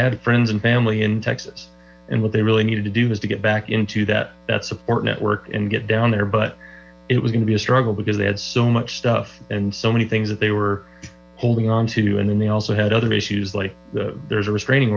had friends and family in texas and what they really needed to do is to get back into that support network and get down there but it was gonna be a struggle because they had so much stuff and so many things that they were holding on to and then they also had other issues like there's a restraining